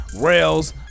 Rails